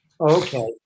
Okay